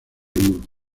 moore